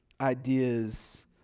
ideas